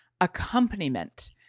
accompaniment